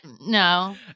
No